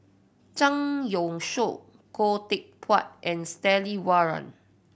Zhang Youshuo Khoo Teck Puat and Stanley Warren